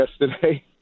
yesterday